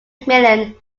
mcmillan